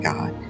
God